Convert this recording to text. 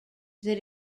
that